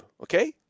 okay